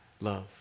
love